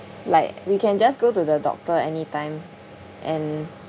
like we can just go to the doctor anytime and